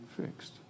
fixed